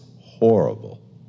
horrible